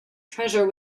treasure